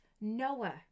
Noah